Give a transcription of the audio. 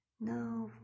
no